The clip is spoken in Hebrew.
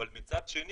אבל מצד שני